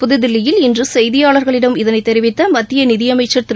புதுதில்லியில் இன்று செய்தியாளர்களிடம் இதனை தெரிவித்த மத்திய நிதியமைச்ச் திரு